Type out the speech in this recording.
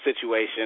situation